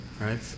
right